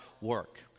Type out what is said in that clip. work